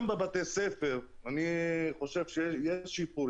גם בבתי הספר, אני חושב שיש שיפור.